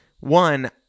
One